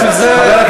עמר,